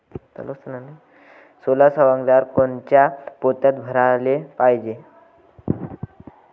सोला सवंगल्यावर कोनच्या पोत्यात भराले पायजे?